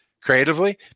creatively